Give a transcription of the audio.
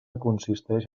consisteix